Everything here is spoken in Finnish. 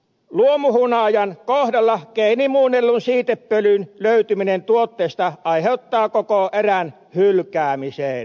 luomuhunajan kohdalla geenimuunnellun siitepölyn löytyminen tuotteesta aiheuttaa koko erän hylkäämisen kaupoista